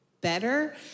better